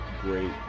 great